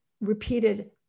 repeated